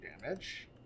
damage